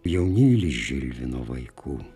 jaunėlis žilvino vaikų